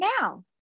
now